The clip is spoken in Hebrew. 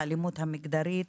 האלימות המגדרית,